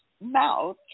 mouth